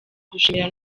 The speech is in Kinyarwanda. gushima